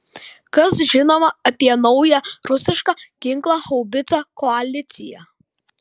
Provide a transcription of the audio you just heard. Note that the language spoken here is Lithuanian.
kas žinoma apie naują rusišką ginklą haubicą koalicija